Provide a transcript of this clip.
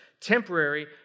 temporary